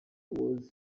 was